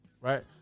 right